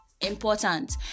important